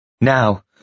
Now